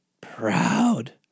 proud